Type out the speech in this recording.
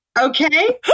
okay